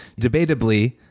debatably